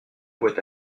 boîte